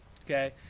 Okay